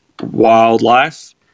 wildlife